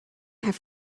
have